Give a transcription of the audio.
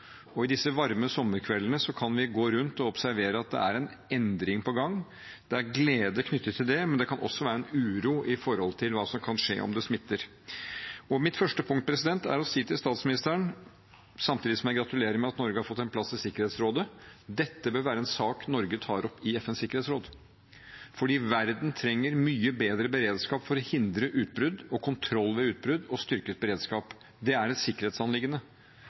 I disse varme sommerkveldene kan vi gå rundt og observere at det er en endring på gang. Det er glede knyttet til det, men det kan også være en uro med tanke på hva som kan skje om det smitter. Mitt første punkt, samtidig som jeg gratulerer med at Norge har fått en plass i Sikkerhetsrådet, er å si til statsministeren: Dette bør være en sak Norge tar opp i FNs sikkerhetsråd, for verden trenger mye bedre beredskap for å hindre utbrudd – kontroll ved utbrudd og styrket beredskap. Det er et sikkerhetsanliggende.